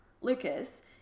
lucas